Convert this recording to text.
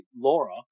Laura